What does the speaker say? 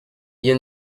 iyo